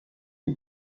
die